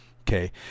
okay